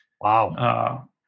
Wow